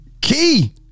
Key